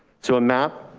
so a map,